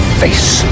face